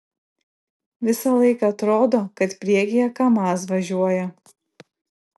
visą laiką atrodo kad priekyje kamaz važiuoja